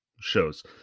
shows